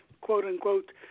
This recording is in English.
quote-unquote